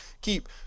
keep